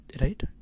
Right